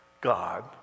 God